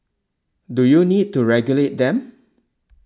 do you need to regulate them